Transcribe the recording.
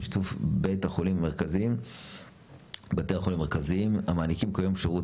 בשיתוף בתי החולים המרכזיים המעניקים כיום שירות,